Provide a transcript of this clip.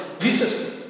Jesus